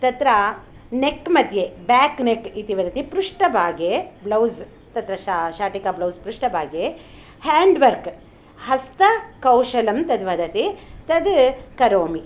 तत्र नेक्मध्ये back neck इति वदति पृष्ठभागे ब्लौज़् तत्र शाटिका ब्लौज़् पृष्ठभागे हेण्ड् वर्क् हस्तकौशलं तद्वदति तद् करोमि